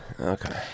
Okay